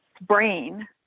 brain